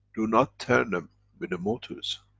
do not turn them with the motors